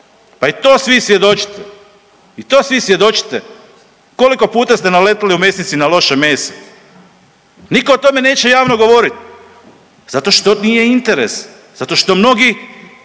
pa i to svi svjedočite. I to svi svjedočite. Koliko puta ste naletjeli u mesnici na loše meso? Niko o tome neće javno govoriti zato što nije interes, zato što mnogi